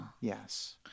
yes